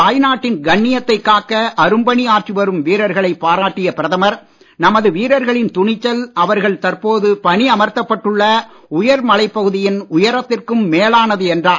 தாய் நாட்டின் கண்ணியத்தைக் காக்க அரும்பணி ஆற்றி வரும் வீர்ர்களைப் பாராட்டிய பிரதமர் நமது வீரர்களின் துணிச்சல் அவர்கள் தற்போது பணி அமர்த்தப் பட்டுள்ள உயர் மலைப்பகுதியின் உயரத்திற்கும் மேலானது என்றார்